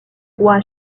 roi